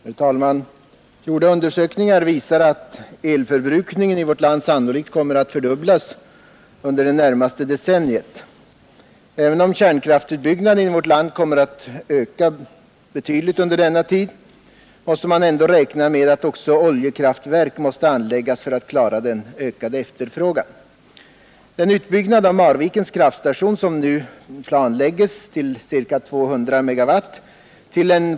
Herr talman! Gjorda undersökningar visar att elförbrukningen i vårt land sannolikt kommer att fördubblas under det närmaste decenniet. Om man skall kunna klara denna ökade efterfrågan synes det ofrånkomligt med en ökning av elproduktionen genom anläggande av kärnkraftverk och oljekraftverk. Även om kärnkraftutbyggnaden i vårt land kommer att öka under 1970-talet och, enligt CDL:s prognoser, år 1980 utgöra den dominerande delen av utbyggnaden, måste man ändå räkna med att även oljekraftverk måste anläggas för att klara den ökade efterfrågan. Samtidigt synes det uppenbart att oljekraftverken utgör ett starkt hot mot vår miljö. Detta blir särskilt märkbart om anläggningarna lokaliseras till platser, som genom sin karaktär av natur-, fritidsoch rekreationsområden är särskilt känsliga.